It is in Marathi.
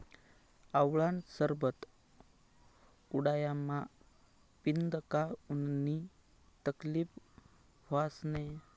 आवळानं सरबत उंडायामा पीदं का उननी तकलीब व्हस नै